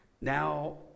Now